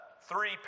three